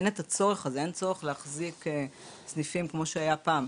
אין את הצורך הזה להחזיק סניפים כמו שהיה פעם.